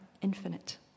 infinite